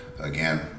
again